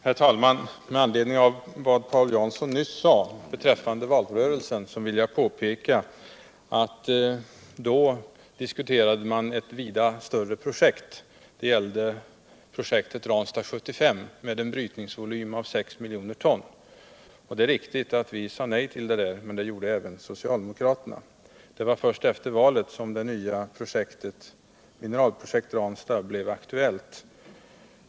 Herr talman! Med anledning av vad Paul Jansson nyss sade beträtfande valrörelsen vill jag påpeka att man då diskuterade ett vida större projekt — det gällde projektet Ranstad 75 med en brytningsvolym av 6 miljoner ton. Det är riktigt att vi sade nej till det projektet, men det gjorde även socialdemokraterna. Det var först efter valet som det nya projektet, Mineralprojekt Ranstad, blev aktuellt.